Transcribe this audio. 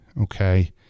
okay